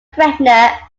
pregnant